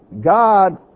God